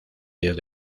días